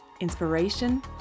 inspiration